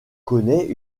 connaît